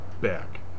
back